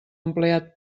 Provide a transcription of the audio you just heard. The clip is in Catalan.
empleat